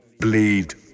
bleed